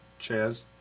Chaz